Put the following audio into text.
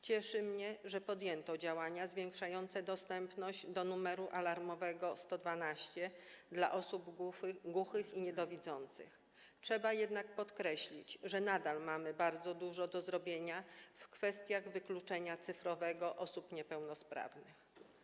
Cieszy mnie, że podjęto działania zwiększające dostęp do numeru alarmowego 112 dla osób głuchych i niedowidzących, trzeba jednak podkreślić, że nadal mamy bardzo dużo do zrobienia w kwestii wykluczenia cyfrowego osób niepełnosprawnych.